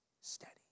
steady